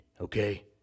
okay